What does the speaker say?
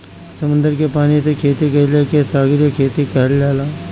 समुंदर के पानी से खेती कईला के सागरीय खेती कहल जाला